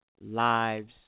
Lives